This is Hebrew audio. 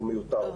הוא מיותר.